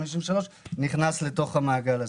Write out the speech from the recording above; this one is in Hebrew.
נכנס לתוך המעגל הזה.